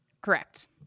Correct